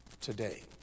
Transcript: today